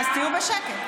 אז תהיו בשקט.